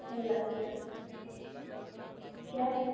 اللہ حافظ کیا